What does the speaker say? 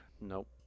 nope